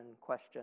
question